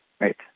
Right